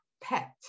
pet